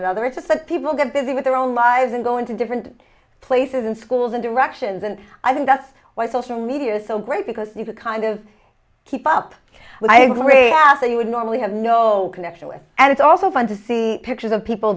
another it's just that people get busy with their own lives and going to different places and schools and directions and i think that's why social media is so great because you can kind of keep up with i agree after you would normally have no connection with and it's also fun to see pictures of people